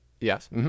yes